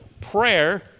prayer